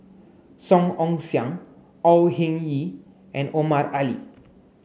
Song Ong Siang Au Hing Yee and Omar Ali